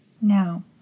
Now